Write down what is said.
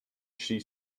she